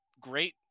great